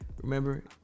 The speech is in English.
Remember